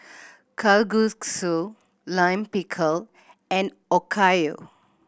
Kalguksu Lime Pickle and Okayu